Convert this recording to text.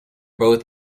both